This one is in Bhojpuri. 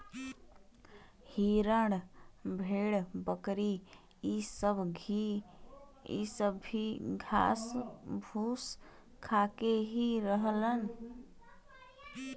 हिरन भेड़ बकरी इ सब भी घास फूस खा के ही रहलन